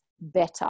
better